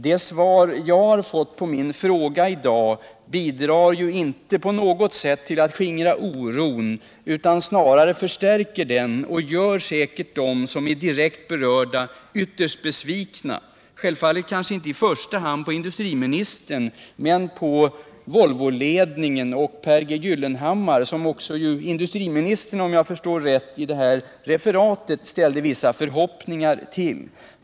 Det svar jag har fått på min fråga i dag bidrar ju inte på något sätt till att skingra oron, utan snarare förstärks den, och det gör säkert dem som är direkt berörda ytterst besvikna, självfallet inte i första hand på industriministern utan på Volvo och ledningen och på Pehr Gyllenhammar, som också industriministern, om jag förstår rätt, i det här referatet ställde vissa förhoppningar till.